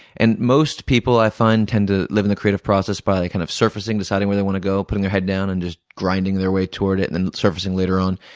and most people, i find, tend to live in the creative process by kind of surfacing, deciding where they want to go, putting their head down, and just grinding their way toward it, and then surfacing later on.